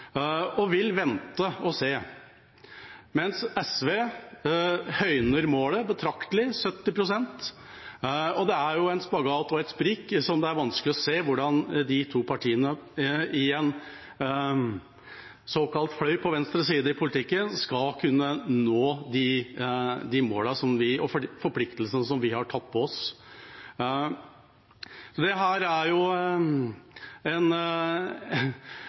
og vil vente og se, mens SV høyner målet betraktelig, til 70 pst. Det er en spagat og et sprik, og det er vanskelig å se hvordan de to partiene i en såkalt fløy på venstre side i politikken skal kunne nå de målene og de forpliktelsene vi har tatt på oss. Det